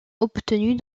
obtenues